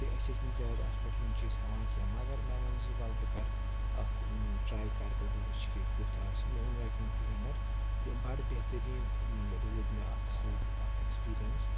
تہِ أسۍ ٲسۍ نہٕ زیادٕ اَتھ پٮ۪ٹھ یِم چیٖز ہٮ۪وان کینٛہہ مگر مےٚ ووٚن زِ ول بہٕ کَرٕ اَکھ ٹرٛاے کَرٕ بہٕ بہٕ وٕچھِ کہِ کیُتھ آسہِ مےٚ اوٚن ویکیوٗم کٕلیٖنَر تہِ بَڑٕ بہتریٖن روٗد مےٚ اَتھ سۭتۍ اٮ۪کٕسپیٖرینٕس